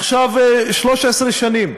עכשיו 13 שנים.